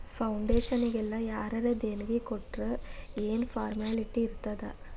ಫೌಡೇಷನ್ನಿಗೆಲ್ಲಾ ಯಾರರ ದೆಣಿಗಿ ಕೊಟ್ರ್ ಯೆನ್ ಫಾರ್ಮ್ಯಾಲಿಟಿ ಇರ್ತಾದ?